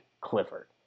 Clifford